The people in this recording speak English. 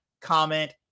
comment